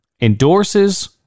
endorses